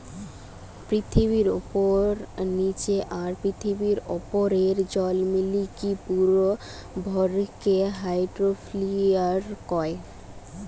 পৃথিবীর উপরে, নীচে আর তার উপরের জল মিলিকি পুরো ভরকে হাইড্রোস্ফিয়ার কয়